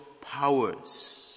powers